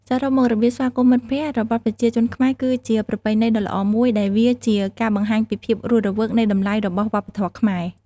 សរុបមក របៀបស្វាគមន៍មិត្តភក្តិរបស់ប្រជាជនខ្មែរគឺជាប្រពៃណីដ៏ល្អមួយ ដែលវាជាការបង្ហាញពីភាពរស់រវើកនិងតម្លៃរបស់វប្បធម៌ខ្មែរ។